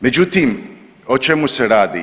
Međutim, o čemu se radi?